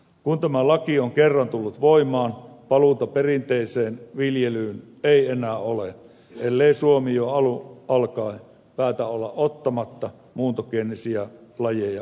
kun tämä laki on kerran tullut voimaan paluuta perinteiseen viljelyyn ei enää ole ellei suomi jo alun alkaen päätä olla ottamatta muuntogeenisiä lajeja viljelykäyttöön